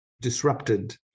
disrupted